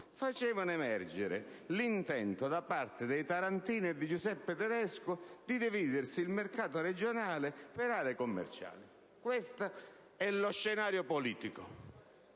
facevano emergere l'intento da parte di Tarantini e di Giuseppe Tedesco di dividersi il mercato regionale per aree commerciali. Questo è lo scenario politico.